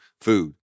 food